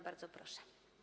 Bardzo proszę.